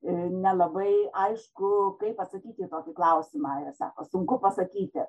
nelabai aišku kaip atsakyti į tokį klausimą sako sunku pasakyti